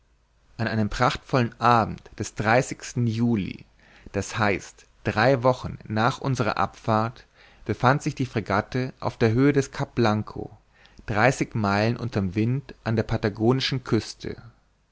an einem prachtvollen abend des juli d h drei wochen nach unserer abfahrt befand sich die fregatte auf der höhe des cap blanco dreißig meilen unter'm wind an der patagonischen küste